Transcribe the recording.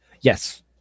Yes